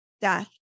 death